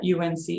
UNC